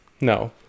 no